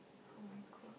oh my god